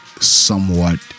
somewhat